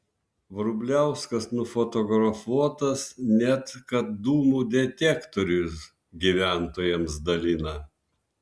vrubliauskas nufotografuotas net kad dūmų detektorius gyventojams dalina